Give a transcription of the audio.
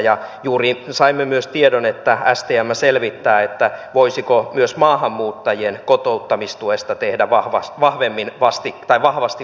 ja juuri saimme myös tiedon että stm selvittää voisiko myös maahanmuuttajien kotouttamistuesta tehdä vahvasti vastikkeellista